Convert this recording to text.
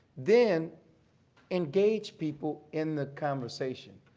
then engage people in the conversation.